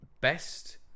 Best